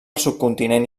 subcontinent